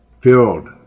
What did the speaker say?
filled